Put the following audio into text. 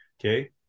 Okay